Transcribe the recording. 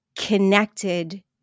Connected